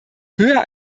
höher